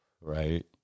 Right